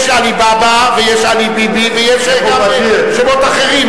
יש עלי בבא ויש עלי ביבי ויש שמות אחרים.